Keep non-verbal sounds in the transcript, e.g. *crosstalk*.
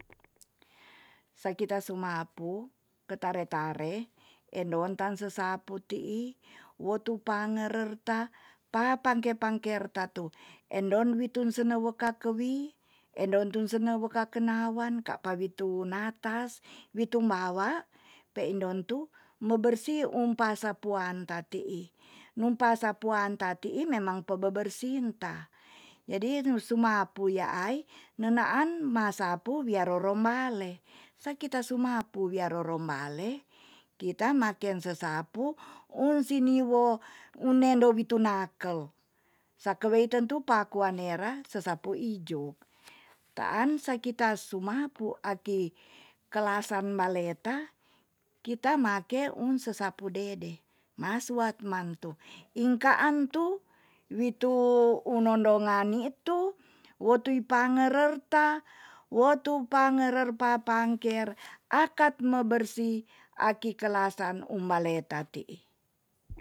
*noise* sa kita sumapu ketare tare endon tan sesapu ti'i wo to pangerer ta papangke pangker ta tu endon witun sene weka kewi, endon to sene weka kenawan ka pa ni tu natas witun wawa, pei ndon tu mo bersi um pasuan ta ti'i. num pasuan ta'ti memang pe bebersin ta. jadi sumapu nyaai ne naan ma sapu wia roron bale. saki ta sumapu wia roron bale, kita maken sesapu un siniwo un nende witu nakel. sake weiten pakua nera sesapu ijuk taan sa kita sumapu aki kelasan maleta kita make un sesapu dede. ma suat mantu. ingka an tu witu unondo ngani tu wo tiu pangerer ta wo to pangerer papangker akat mo bersi aki kelasan um bale ta ti'i.